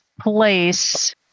place